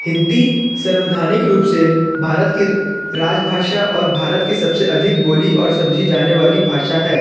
हिन्दी सर्वधानिक रूप से भारत की राजभाषा और भारत की सबसे अधिक बोली और समझी जाने वाली भाषा है